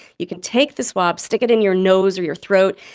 you can take the swab, stick it in your nose or your throat,